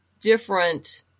different